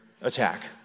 attack